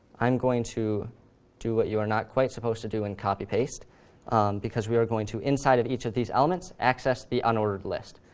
i'm going to do what you are not supposed to do and copy, paste because we are going to, inside of each of these elements, access the unordered list.